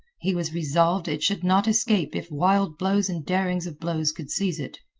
he was resolved it should not escape if wild blows and darings of blows could seize it.